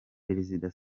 perezida